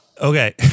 Okay